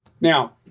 Now